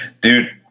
Dude